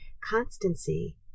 Constancy